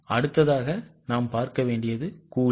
அடுத்தது கூலி